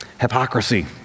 Hypocrisy